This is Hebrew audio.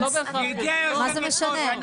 מה זה משנה?